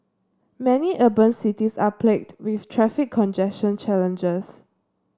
many urban cities are plagued with traffic congestion challenges